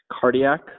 cardiac